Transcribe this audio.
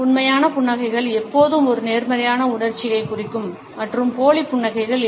உண்மையான புன்னகைகள் எப்போதும் ஒரு நேர்மறையான உணர்ச்சியைக் குறிக்கும் மற்றும் போலி புன்னகைகள் இல்லை